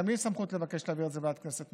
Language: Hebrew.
גם לי יש סמכות לבקש להעביר את זה לוועדת הכנסת,